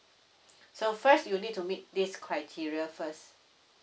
so first you need to meet this criteria first